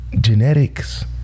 genetics